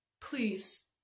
Please